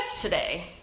today